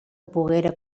poguera